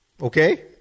okay